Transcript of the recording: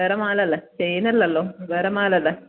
വേറെ മാല അല്ലേ ചെയിൻ അല്ലല്ലോ വേറെ മാല അല്ലേ